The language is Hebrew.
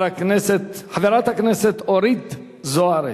חברת הכנסת אורית זוארץ.